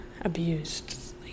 abused